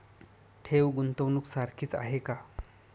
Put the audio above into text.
ठेव, गुंतवणूक सारखीच आहे का?